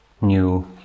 new